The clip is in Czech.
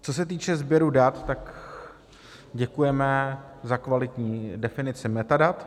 Co se týče sběru dat, tak děkujeme za kvalitní definici metadat.